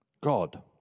God